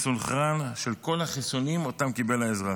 מסונכרן, של כל החיסונים שקיבל האזרח.